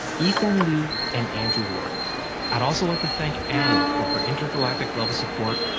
ethan liu, and andrew ward i'd also like to thank anna for her intergalactic level support,